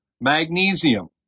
Magnesium